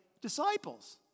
disciples